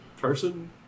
person